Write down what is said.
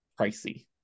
pricey